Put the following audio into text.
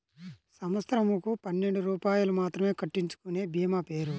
సంవత్సరంకు పన్నెండు రూపాయలు మాత్రమే కట్టించుకొనే భీమా పేరు?